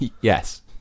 yes